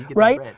right?